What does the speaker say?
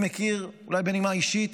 אולי בנימה אישית,